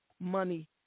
money